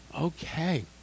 Okay